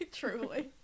truly